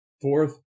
Fourth